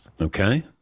Okay